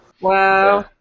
Wow